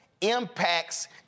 impacts